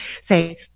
say